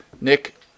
nick